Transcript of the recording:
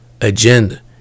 agenda